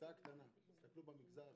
הצעה קטנה: תסתכלו במגזר החרדי.